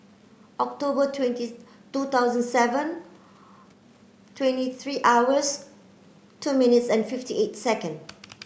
October twenties two thousand seven twenty three hours two minutes and fifty eight second